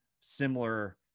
similar